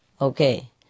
Okay